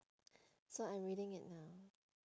so I'm reading it now